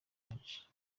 benshi